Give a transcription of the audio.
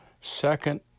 second